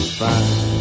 fine